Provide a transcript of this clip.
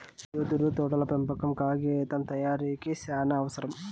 యెదురు తోటల పెంపకం కాగితం తయారీకి సానావసరం